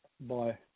Bye